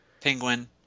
Penguin